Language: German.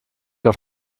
auf